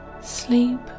Sleep